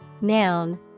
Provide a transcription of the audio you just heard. noun